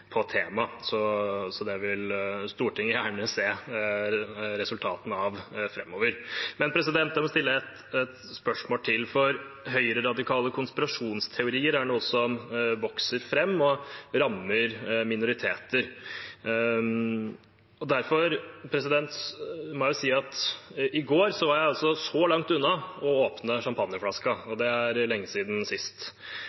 på temaet. Så det vil Stortinget gjerne se resultatene av framover. Jeg vil stille et spørsmål til, for høyreradikale konspirasjonsteorier er noe som vokser fram og rammer minoriteter. I går var jeg så langt unna å åpne champagneflasken, og